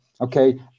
okay